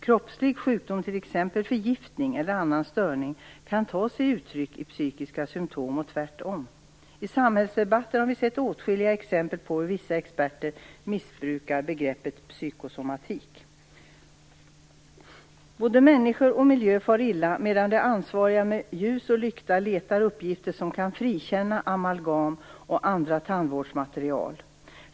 Kroppslig sjukdom, t.ex. förgiftning eller annan störning, kan ta sig uttryck i psykiska symtom och tvärtom. I samhällsdebatten har vi sett åtskilliga exempel på hur vissa experter missbrukar begreppet psykosomatik. Både människor och miljö far illa medan de ansvariga med ljus och lykta letar uppgifter som kan frikänna amalgam och andra tandvårdsmaterial.